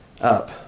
up